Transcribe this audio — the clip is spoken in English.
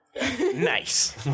Nice